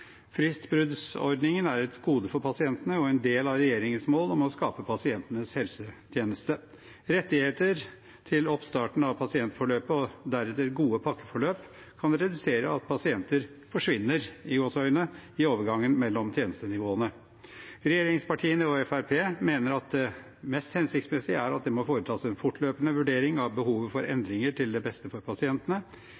er et gode for pasientene og en del av regjeringens mål om å skape pasientenes helsetjeneste. Rettigheter til oppstarten av pasientforløpet og deretter gode pakkeforløp kan redusere at pasienter «forsvinner» i overgangen mellom tjenestenivåene. Regjeringspartiene og Fremskrittspartiet mener at det mest hensiktsmessige er at det foretas en fortløpende vurdering av behovet for endringer til det beste for pasientene. En